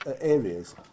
Areas